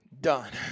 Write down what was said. done